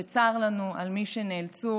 וצר לנו על מי שנאלצו